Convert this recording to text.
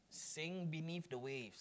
saying beneath the waves